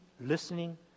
listening